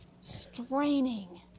Straining